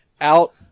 out